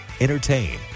entertain